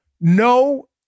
no